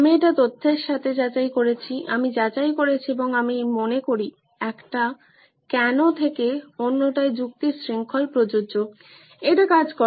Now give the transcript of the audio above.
আমি এটা তথ্যের সাথে যাচাই করেছি আমি যাচাই করেছি এবং আমি মনে করি একটা কেনো থেকে অন্যটায় যুক্তির শৃঙ্খল প্রযোজ্য এটা কাজ করে